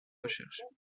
recherches